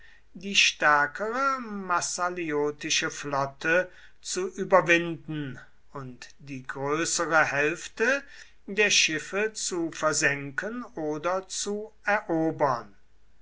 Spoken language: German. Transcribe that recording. die stärkere massaliotische flotte zu überwinden und die größere hälfte der schiffe zu versenken oder zu erobern